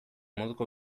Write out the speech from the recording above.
moduko